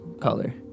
color